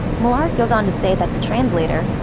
millard goes on to say that the translator,